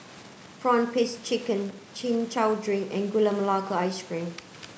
prawn paste chicken chin chow drink and Gula Melaka ice cream